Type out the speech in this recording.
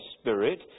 spirit